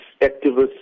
activists